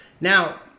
Now